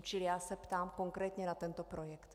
Čili já se ptám konkrétně na tento projekt.